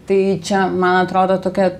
tai čia man atrodo tokia